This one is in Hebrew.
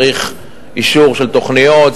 צריך אישור של תוכניות,